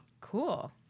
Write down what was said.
Cool